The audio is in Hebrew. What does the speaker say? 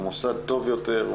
הוא מוסד טוב יותר,